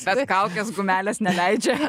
bet kaukės gumelės neleidžia